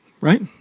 Right